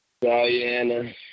Diana